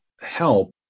help